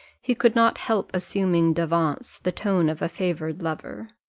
he could not help assuming d'avance the tone of a favoured lover.